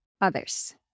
others